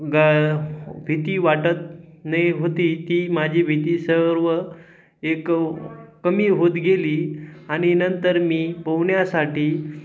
गा भीती वाटत नाही होती ती माझी भीती सर्व एक कमी होत गेली आणि नंतर मी पोहण्यासाठी